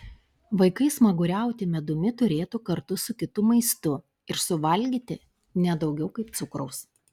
vaikai smaguriauti medumi turėtų kartu su kitu maistu ir suvalgyti ne daugiau kaip cukraus